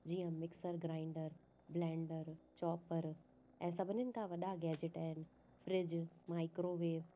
जीअं mixer grinder blender chopper ऐं सभिनीनि खां वॾा गैजेट आहिनि फ्रिज माइक्रोवेव